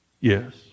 Yes